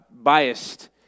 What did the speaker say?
biased